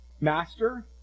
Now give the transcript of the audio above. Master